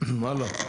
הלאה.